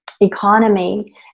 economy